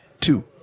two